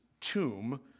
tomb